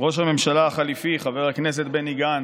ראש הממשלה החליפי חבר הכנסת בני גנץ,